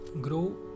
grow